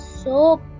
soap